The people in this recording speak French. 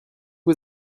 que